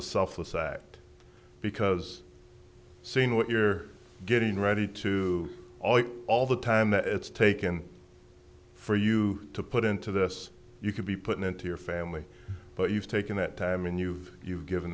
a selfless act because seeing what you're getting ready to all the time that it's taken for you to put into this you could be put into your family but you've taken that i mean you've you've given